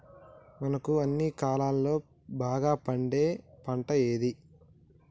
మనకు అన్ని కాలాల్లో బాగా పండే పంట ఏది?